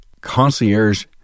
concierge